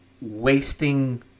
wasting